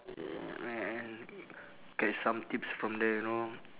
yeah man get some tips from there you know